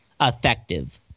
effective